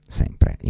sempre